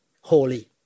holy